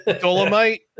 Dolomite